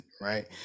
Right